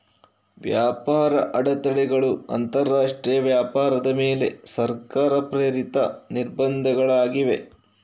ವ್ಯಾಪಾರ ಅಡೆತಡೆಗಳು ಅಂತರಾಷ್ಟ್ರೀಯ ವ್ಯಾಪಾರದ ಮೇಲೆ ಸರ್ಕಾರ ಪ್ರೇರಿತ ನಿರ್ಬಂಧಗಳಾಗಿವೆ